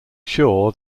sure